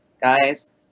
guys